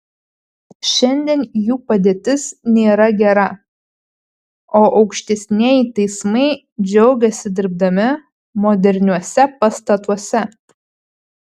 šiandien jų padėtis nėra gera o aukštesnieji teismai džiaugiasi dirbdami moderniuose pastatuose